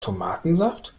tomatensaft